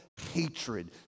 hatred